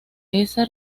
esa